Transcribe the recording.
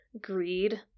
greed